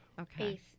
Okay